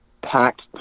packed